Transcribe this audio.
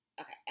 Okay